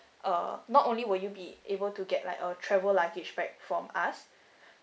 uh not only will you be able to get like a travel luggage bag from us